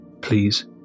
Please